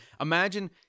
imagine